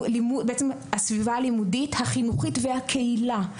הסביבה הלימודית, החינוכית והקהילה.